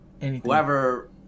whoever